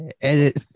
Edit